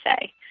say